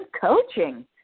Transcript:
coaching